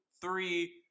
three